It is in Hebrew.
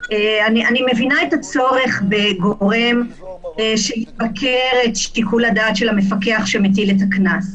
אני מבינה את הצורך בגורם שיבקר את שיקול הדעת של המפקח שמטיל את הקנס,